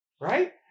right